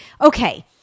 Okay